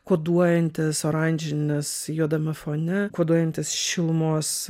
koduojantis oranžines juodame fone koduojantis šilumos